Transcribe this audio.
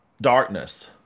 Darkness